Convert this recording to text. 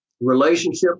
relationship